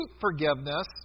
forgiveness